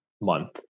month